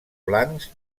blancs